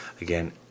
again